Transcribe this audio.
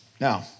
Now